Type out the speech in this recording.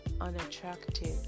unattractive